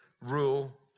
rule